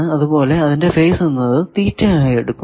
അതുപോലെ അതിന്റെ ഫേസ് എന്നത് തീറ്റ ആയി എടുക്കുന്നു